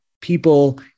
people